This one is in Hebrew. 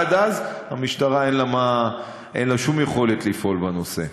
עד אז המשטרה, אין לה שום יכולת לפעול בנושא.